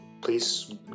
please